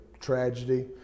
tragedy